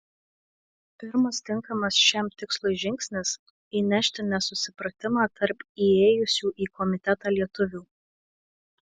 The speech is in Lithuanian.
pirmas tinkamas šiam tikslui žingsnis įnešti nesusipratimą tarp įėjusių į komitetą lietuvių